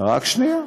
רק שנייה.